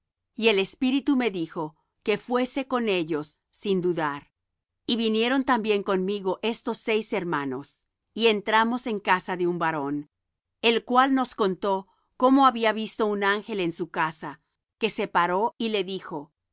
y el espíritu me dijo que fuese con ellos sin dudar y vinieron también conmigo estos seis hermanos y entramos en casa de un varón el cual nos contó cómo había visto un ángel en su casa que se paró y le dijo envía á